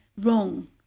wrong